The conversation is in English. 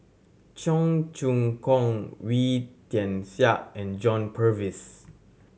Cheong Choong Kong Wee Tian Siak and John Purvis